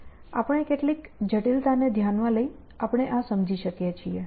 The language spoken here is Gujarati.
ચાલો જોઈએ કે આપણે કેટલી જટિલતાને ધ્યાનમાં લઈ આપણે આ સમજી શકીએ છીએ